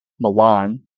Milan